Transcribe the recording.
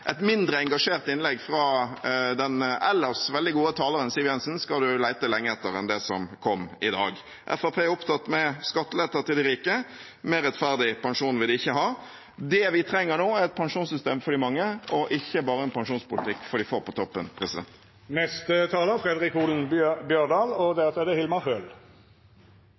et mindre engasjert innlegg enn det som kom i dag fra den ellers veldig gode taleren Siv Jensen, skal man lete lenge etter. Fremskrittspartiet er opptatt med skatteletter til de rike. Mer rettferdig pensjon vil de ikke ha. Det vi trenger nå, er et pensjonssystem for de mange og ikke bare en pensjonspolitikk for de få på toppen.